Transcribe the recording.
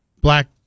black